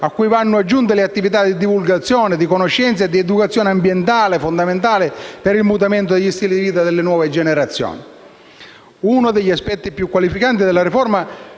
cui vanno aggiunte le attività di divulgazione della conoscenza e di educazione ambientale, fondamentali per il mutamento degli stili di vita delle nuove generazioni. Uno degli aspetti più qualificanti della riforma,